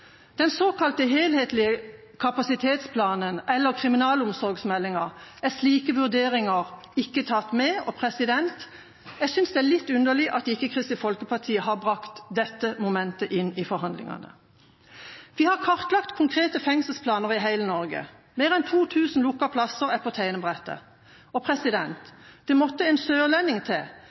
den såkalt helhetlige kapasitetsplanen, eller kriminalomsorgsmeldinga, er slike vurderinger ikke tatt med, og jeg synes det er litt underlig at Kristelig Folkeparti ikke har brakt dette momentet inn i forhandlingene. Vi har kartlagt konkrete fengselsplaner i hele Norge. Mer enn 2 000 lukkede plasser er på tegnebrettet. Og det måtte en sørlending til,